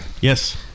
Yes